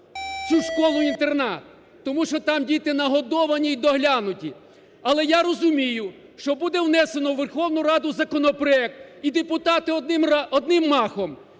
цю школу-інтернат, тому що там діти нагодовані і доглянуті. Але я розумію, що буде внесено у Верховну Раду законопроект і депутати одним махом,